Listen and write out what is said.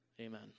Amen